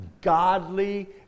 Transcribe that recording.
godly